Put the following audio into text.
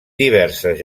diverses